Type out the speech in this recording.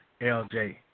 LJ